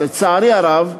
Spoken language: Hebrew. "לצערי הרב,